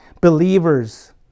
believers